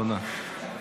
תודה.